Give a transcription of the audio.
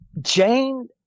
Jane